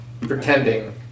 pretending